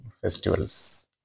festivals